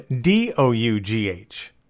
D-O-U-G-H